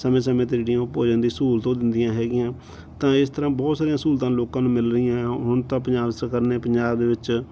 ਸਮੇਂ ਸਮੇਂ 'ਤੇ ਜਿਹੜੀਆਂ ਉਹ ਭੋਜਨ ਦੀ ਸਹੂਲਤ ਉਹ ਦਿੰਦੀਆਂ ਹੈਗੀਆਂ ਤਾਂ ਇਸ ਤਰ੍ਹਾਂ ਬਹੁਤ ਸਾਰੀਆਂ ਸਹੂਲਤਾਂ ਲੋਕਾਂ ਨੂੰ ਮਿਲ ਰਹੀਆਂ ਹੁਣ ਤਾਂ ਪੰਜਾਬ ਸਰਕਾਰ ਨੇ ਪੰਜਾਬ ਦੇ ਵਿੱਚ